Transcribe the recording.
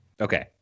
okay